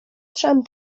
trzem